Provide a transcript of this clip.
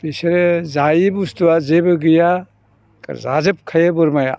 बिसोरो जायै बुस्थुआ जेबो गैया जाजोबखायो बोरमाया